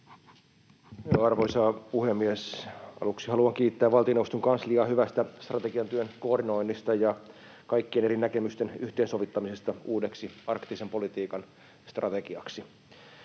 Arvoisa puhemies! Aluksi haluan kiittää valtioneuvoston kansliaa hyvästä strategiatyön koordinoinnista ja kaikkien eri näkemysten yhteensovittamisesta uudeksi arktisen politiikan strategiaksi.